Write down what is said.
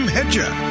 Hedger